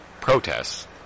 protests